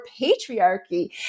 patriarchy